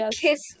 kiss